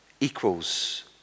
equals